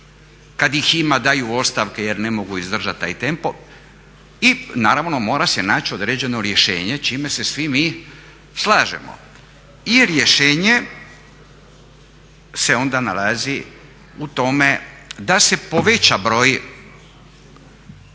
kad ih ima daju ostavke jer ne mogu izdržati taj tempo i naravno mora se naći određeno rješenje s čime se svi mi slažemo. I rješenje se onda nalazi u tome da se poveća broj